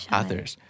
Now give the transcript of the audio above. others